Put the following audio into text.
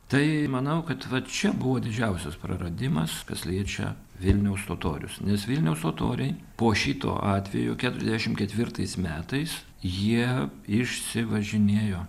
tai manau kad va čia buvo didžiausias praradimas kas liečia vilniaus totorius nes vilniaus totoriai po šito atvejo keturiasdešim ketvirtais metais jie išsivažinėjo